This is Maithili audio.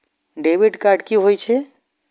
डेबिट कार्ड की होय छे?